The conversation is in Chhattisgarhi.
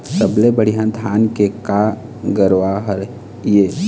सबले बढ़िया धाना के का गरवा हर ये?